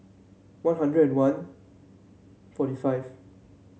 One Hundred and one forty five